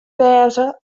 wêze